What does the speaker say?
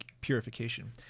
purification